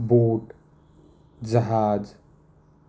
बोट जहाज